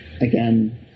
again